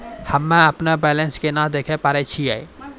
हम्मे अपनो बैलेंस केना देखे पारे छियै?